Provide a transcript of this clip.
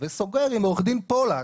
וסוגר עם עו"ד פולק: